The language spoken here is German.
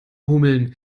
hummeln